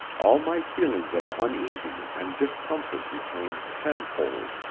all my feelings of uneasiness and discomfort returned tenfold.